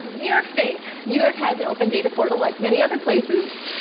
new york state, new york has an open data portal like many other places.